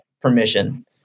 permission